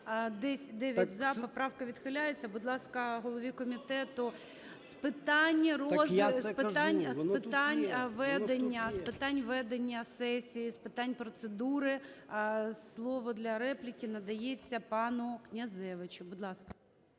ГОЛОВУЮЧИЙ. Поправка відхиляється. Будь ласка, голові комітету з питань ведення сесії, з питань процедури слово для репліки надається пану Князевичу. Будь ласка.